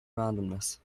randomness